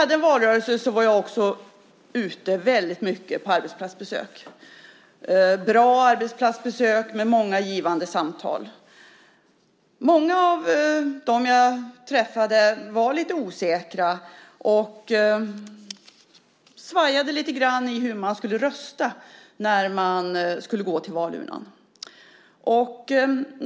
Under valrörelsen var jag ofta ute på arbetsplatsbesök. Det var bra besök med många givande samtal. Många av dem jag träffade var något osäkra och svajade lite grann om hur de skulle rösta när de gick till valurnorna.